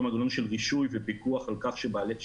זהו אותו מנגנון של רישוי ופיקוח על כך שהעסקים